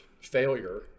failure